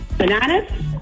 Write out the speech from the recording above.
Bananas